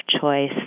choice